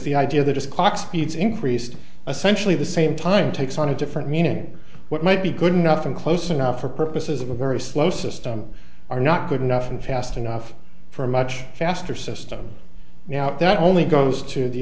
the idea that just clock speeds increased essentially the same time takes on a different meaning what might be good enough and close enough for purposes of a very slow system are not good enough and fast enough for a much faster system now that only goes to the